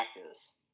practice